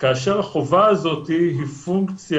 כאשר החובה הזאת היא פונקציה,